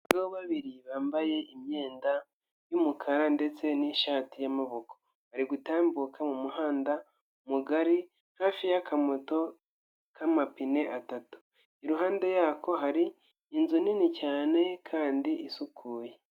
Abagabo babiri bambaye imyenda y'umukara ndetse n'ishati y'amaboko, bari gutambuka mu muhanda mugari, hafi y'akamoto k'amapine atatu. Iruhande yako hari inzu nini cyane kandi isukuye.